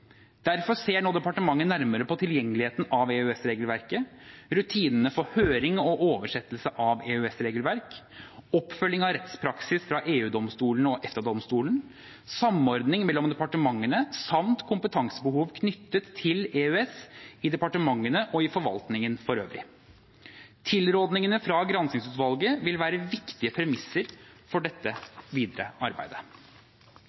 Derfor ser nå departementene nærmere på tilgjengeligheten av EØS-regelverket, rutinene for høring og oversettelse av EØS-regelverk, oppfølgingen av rettspraksis fra EU-domstolen og EFTA-domstolen, samordningen mellom departementene samt kompetansebehovet knyttet til EØS i departementene og i forvaltningen for øvrig. Tilrådingene fra granskingsutvalget vil være viktige premisser for